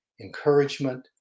encouragement